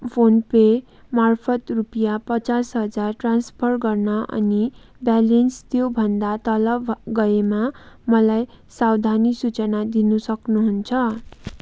PhonePe मार्फत रुपियाँ पचास हजार ट्रान्सफर गर्न अनि ब्यालेन्स त्योभन्दा तल ग गएमा मलाई सावधानी सूचना दिनु सक्नुहुन्छ